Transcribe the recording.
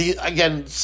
again